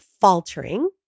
faltering